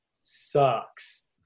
sucks